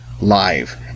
live